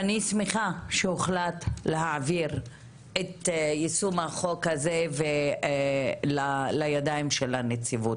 שמחה שהוחלט להעביר את יישום החוק הזה לידיים של הנציבות.